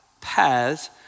paths